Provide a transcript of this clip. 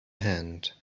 hand